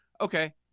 Okay